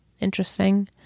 interesting